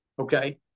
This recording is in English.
okay